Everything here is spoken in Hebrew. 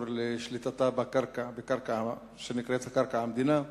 לשליטתה בקרקע שנקראת "קרקע המדינה",